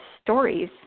stories